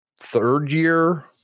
third-year